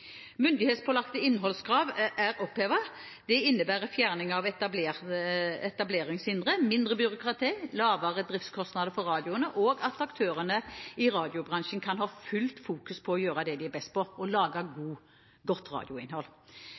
Myndighetspålagte innholdskrav er opphevet. Dette innebærer fjerning av etableringshindre, mindre byråkrati, lavere driftskostnader for radioene og at aktørene i radiobransjen kan ha fullt fokus på å gjøre det de er best på, å lage godt radioinnhold.